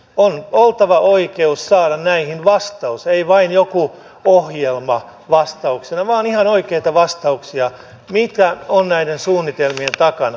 on oltava oikeus saada näihin vastaus ei vain joku ohjelma vastauksena vaan ihan oikeita vastauksia mitä on näiden suunnitelmien takana